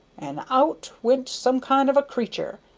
and out went some kind of a creatur',